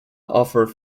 offered